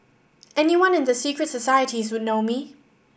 anyone in the secret societies would know me